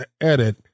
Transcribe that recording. edit